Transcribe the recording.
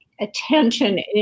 attention